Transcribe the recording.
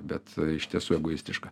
bet iš tiesų egoistiška